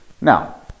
Now